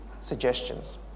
suggestions